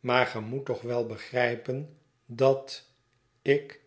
maar ge moet toch wel begrijpen dat ik